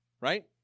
right